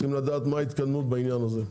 אנחנו רוצים לדעת מה ההתקדמות בעניין הזה.